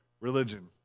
religion